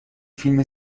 فیلم